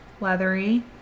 leathery